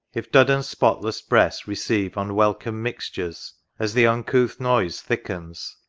if duddon's spotless breast receive unwelcome mixtures as the uncouth noise thickens,